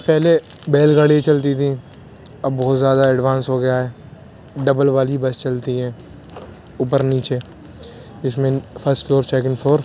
پہلے بیل گاڑی چلتی تھی اب بہت زیادہ ایڈوانس ہو گیا ہے ڈبل والی بس چلتی ہے اوپر نیچے اس میں فسٹ فلور سیکنڈ فلور